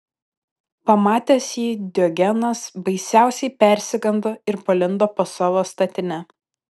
pamatęs jį diogenas baisiausiai persigando ir palindo po savo statine